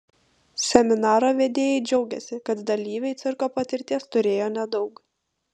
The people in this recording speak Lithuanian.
seminaro vedėjai džiaugėsi kad dalyviai cirko patirties turėjo nedaug